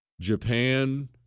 Japan